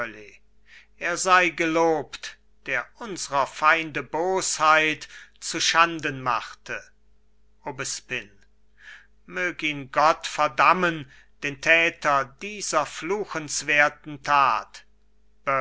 er sei gelobt der unsrer feinde bosheit zuschanden machte aubespine mög ihn gott verdammen den täter dieser fluchenswerten tat